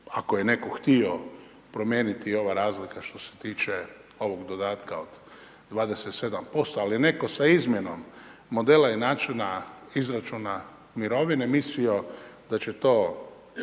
ako je netko htio promijeniti ova razlika što se tiče ovog dodatka od 27%, ali netko sa izmjenom modela i načina izračuna mirovine mislio da će to